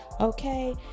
okay